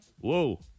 Whoa